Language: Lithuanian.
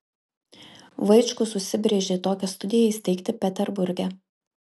vaičkus užsibrėžė tokią studiją įsteigti peterburge